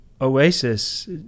oasis